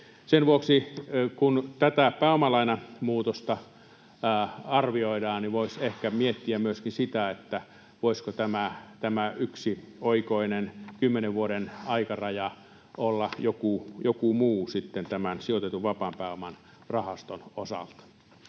Sen vuoksi, kun tätä pääomalainamuutosta arvioidaan, voisi ehkä miettiä myöskin sitä, voisiko tämä yksioikoinen 10 vuoden aikaraja olla joku muu tämän sijoitetun vapaan pääoman rahaston osalta.